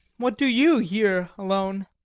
what do you here alone?